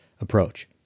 approach